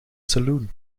saloon